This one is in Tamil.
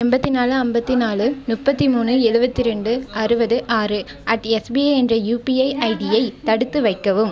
எண்பத்தி நாலு ஐம்பத்தி நாலு முப்பத்தி மூணு எழுபத்திரெண்டு அறுபது ஆறு அட் எஸ்பிஐ என்ற யுபிஐ ஐடியை தடுத்து வைக்கவும்